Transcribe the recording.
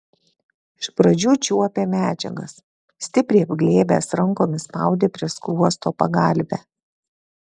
iš pradžių čiuopė medžiagas stipriai apglėbęs rankomis spaudė prie skruosto pagalvę